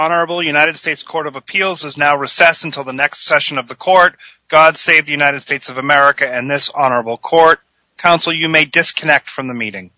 automobile united states court of appeals is now recess until the next session of the court god save the united states of america and this honorable court counsel you may disconnect from the meeting